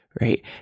right